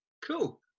Cool